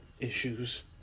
issues